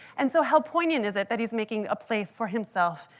and so how poignant is it that he's making a place for himself,